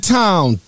town